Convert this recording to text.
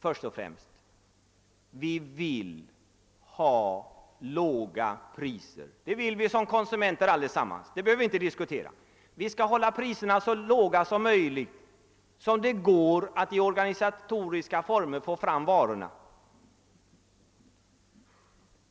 Först och främst: Som konsumenter vill vi allesammans ha låga priser; det behöver vi inte diskutera. Priserna skall hållas så låga som det är möjligt.